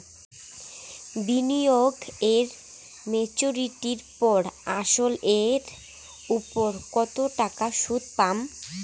বিনিয়োগ এ মেচুরিটির পর আসল এর উপর কতো টাকা সুদ পাম?